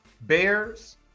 Bears